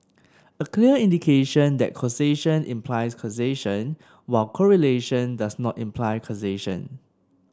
a clear indication that causation implies causation while correlation does not imply causation